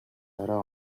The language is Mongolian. орой